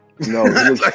No